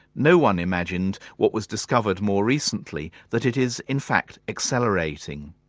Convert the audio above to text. no one imagined what was discovered more recently that it is in fact accelerating.